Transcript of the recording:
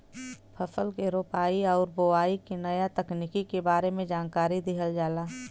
फसल के रोपाई आउर बोआई के नया तकनीकी के बारे में जानकारी दिहल जाला